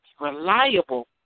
reliable